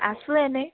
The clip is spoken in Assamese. আছোঁ এনে